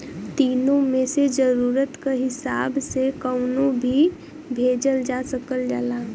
तीनो मे से जरुरत क हिसाब से कउनो भी भेजल जा सकल जाला